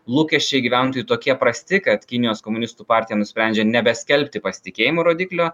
lūkesčiai gyventojų tokie prasti kad kinijos komunistų partija nusprendžia nebeskelbti pasitikėjimo rodiklio